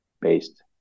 based